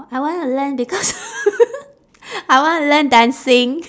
I wanna learn because I wanna learn dancing